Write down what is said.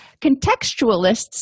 Contextualists